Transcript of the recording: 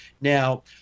Now